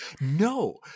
no